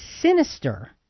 sinister